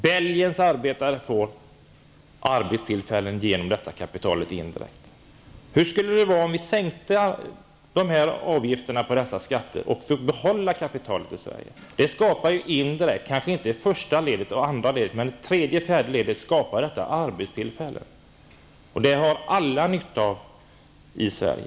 Belgiens arbetare får indirekt arbetstillfällen genom detta kapital. Hur skulle det vara om vi sänkte avgifterna på dessa skatter och behöll kapitalet i Sverige? Det skulle indirekt skapa -- kanske inte i första och andra ledet men i tredje och fjärde -- arbetstillfällen. Det har alla nytta av i Sverige.